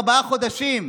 בארבעה חודשים.